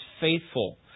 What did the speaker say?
faithful